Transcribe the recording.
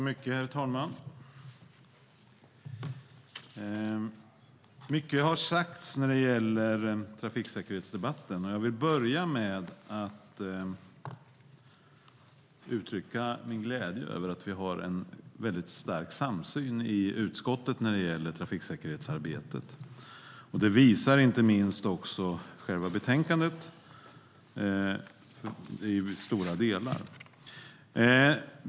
Herr talman! Mycket har sagts i trafiksäkerhetsdebatten. Jag vill börja med att uttrycka min glädje över att vi har en stark samsyn i utskottet när det gäller trafiksäkerhetsarbetet. Det visar inte minst själva betänkandet i stora delar.